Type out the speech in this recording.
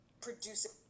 Producing